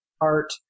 art